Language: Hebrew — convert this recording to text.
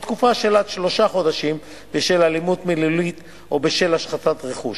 או עד שלושה חודשים בשל אלימות מילולית או בשל השחתת רכוש.